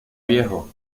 viejo